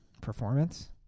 performance